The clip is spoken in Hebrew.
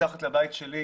מתחת לבית שלי,